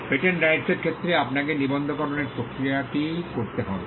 patent রাইটসের ক্ষেত্রে আপনাকে নিবন্ধকরণের প্রক্রিয়াটি করতে হবে